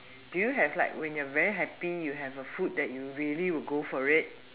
do you have like when you're very happy you have a food that you will go for it